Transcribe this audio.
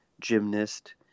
gymnast